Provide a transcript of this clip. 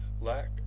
lack